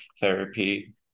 therapy